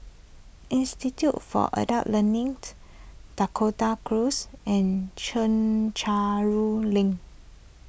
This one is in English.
Institute for Adult Learning Dakota Close and Chencharu Link